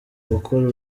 gukora